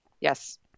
Yes